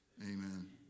amen